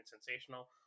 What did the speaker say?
sensational